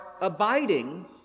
abiding